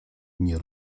nie